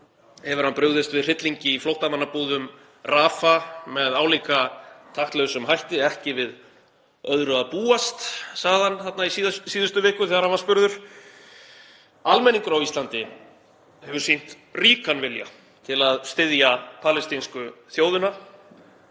hefur hann brugðist við hryllingi í flóttamannabúðum í Rafah með álíka taktlausum hætti. Ekki við öðru að búast, sagði hann í síðustu viku þegar hann var spurður. Almenningur á Íslandi hefur sýnt ríkan vilja til að styðja palestínsku þjóðina.